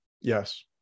Yes